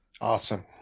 awesome